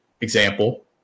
example